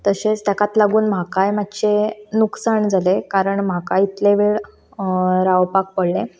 तशेंच ताकाच लागून म्हाकाय मात्शें लुकसाण जालें कारण म्हाकाय इतले वेळ रावपाक पडलें